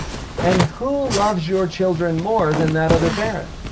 and who loves your children more than that other parent?